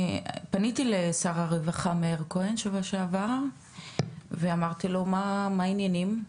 פניתי לשר הרווחה מאיר כהן שבוע שעבר ואמרתי לו מה העניינים,